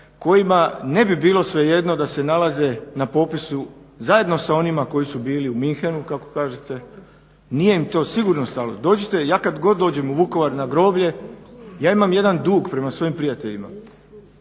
kojima ne bi bilo svejedno da se nalaze na popisu zajedno sa onima koji su bili u Munchenu kako kažete, nije im to sigurno stalo. Ja kad god dođem u Vukovar na groblje ja imam jedan dug prema svojim prijateljima,